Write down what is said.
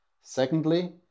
Secondly